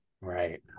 Right